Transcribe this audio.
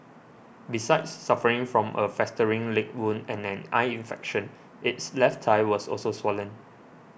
besides suffering from a festering leg wound and an eye infection its left thigh was also swollen